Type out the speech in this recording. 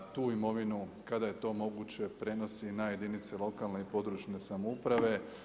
Tu imovinu kada je to moguće prenosi na jedinica lokalne i područne samouprave.